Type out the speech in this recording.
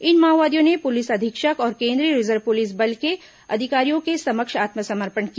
इन माओवादियों ने पुलिस अधीक्षक और केंद्रीय रिजर्व पुलिस बल के अधिकारियों के समक्ष आत्मसमर्पण किया